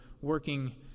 working